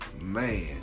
Man